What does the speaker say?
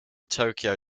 tokyo